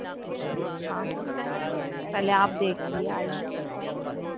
ہاں کلے آپ دیکھھیے آئیے